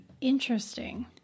Interesting